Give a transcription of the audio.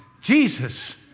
Jesus